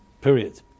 Period